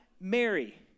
Mary